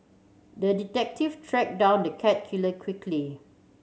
the detective track down the cat killer quickly